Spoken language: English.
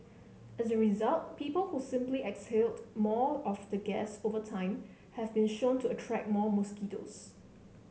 as a result people who simply exhale more of the gas over time have been shown to attract more mosquitoes